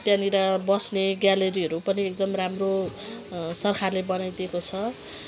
त्यहाँनिर बस्ने ग्यालरीहरू पनि एकदम राम्रो सरखारले बनाइदिएको छ